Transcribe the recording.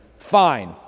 Fine